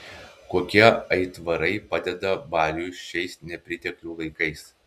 kokie aitvarai padeda baliui šiais nepriteklių laikais